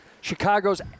Chicago's